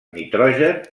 nitrogen